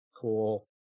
cool